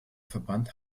verband